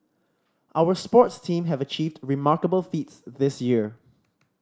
our sports team have achieved remarkable feats this year